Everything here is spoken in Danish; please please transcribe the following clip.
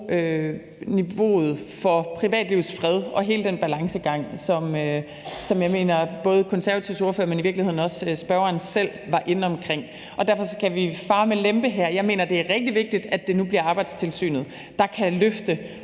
niveauet for privatlivets fred og hele den balancegang, som jeg mener både Konservatives ordfører, men i virkeligheden også spørgeren selv var inde omkring, og derfor skal vi fare med lempe her. Jeg mener, det er rigtig vigtigt, at det nu bliver Arbejdstilsynet, der kan løfte